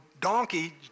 donkey